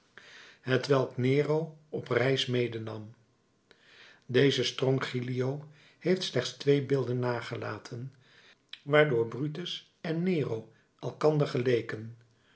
hetwelk nero op reis medenam deze strongylio heeft slechts twee beelden nagelaten waardoor brutus en nero elkander geleken